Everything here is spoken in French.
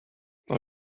par